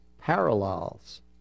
parallels